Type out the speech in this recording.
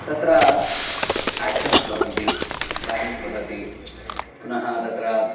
तत्र आक्षन्स् भवन्ति डान्स् भवति पुनः तत्र